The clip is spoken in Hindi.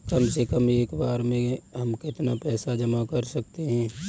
कम से कम एक बार में हम कितना पैसा जमा कर सकते हैं?